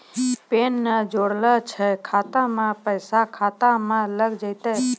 Pan ने जोड़लऽ छै खाता मे पैसा खाता मे लग जयतै?